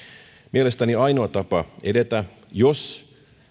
mielestäni ainoa tapa edetä jos